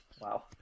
wow